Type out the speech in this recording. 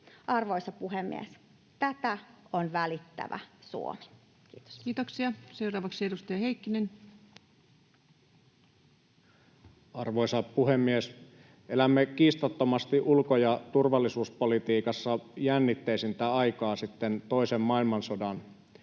Arvoisa puhemies, tätä on välittävä Suomi. — Kiitos. Kiitoksia. — Seuraavaksi edustaja Heikkinen. Arvoisa puhemies! Elämme kiistattomasti ulko- ja turvallisuuspolitiikassa jännitteisintä aikaa sitten toisen maailmansodan,